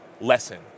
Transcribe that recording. lesson